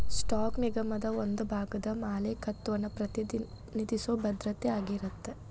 stock ನಿಗಮದ ಒಂದ ಭಾಗದ ಮಾಲೇಕತ್ವನ ಪ್ರತಿನಿಧಿಸೊ ಭದ್ರತೆ ಆಗಿರತ್ತ